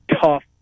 tough